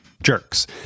jerks